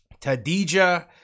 Tadija